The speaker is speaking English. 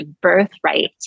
birthright